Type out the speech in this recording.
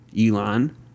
Elon